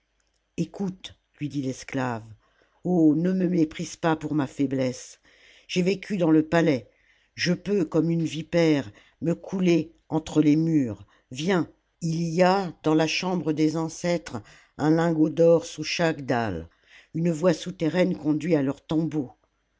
ecoute lui dit l'esclave oh ne me méprise pas pour ma faiblesse j'ai vécu dans le palais je peux comme une vipère me couler entre les murs viens il y a dans la chambre des ancêtres un lingot d'or sous chaque dalle une voie souterraine conduit à leurs tombeaux